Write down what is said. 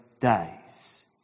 days